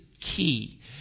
key